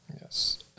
Yes